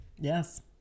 yes